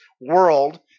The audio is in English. world